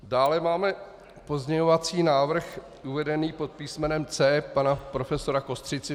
Dále máme pozměňovací návrh uvedený pod písmenem C pana profesora Kostřici.